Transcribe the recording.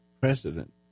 President